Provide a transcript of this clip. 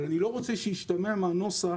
אבל אני לא רוצה שישתמע מהנוסח